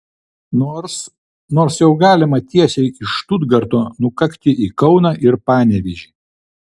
nors nors jau galima tiesiai iš štutgarto nukakti į kauną ir panevėžį